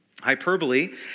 Hyperbole